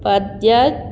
पध्यत